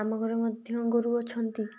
ଆମ ଘରେ ମଧ୍ୟ ଗୋରୁ ଅଛନ୍ତି